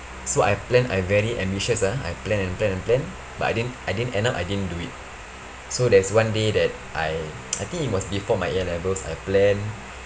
so I plan I very ambitious ah I plan and plan and plan but I didn't I didn't end up I didn't do it so there's one day that I I think it was before my A levels I plan